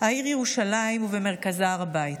העיר ירושלים ובמרכזה הר הבית.